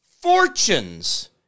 fortunes